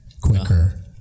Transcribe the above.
quicker